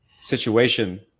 situation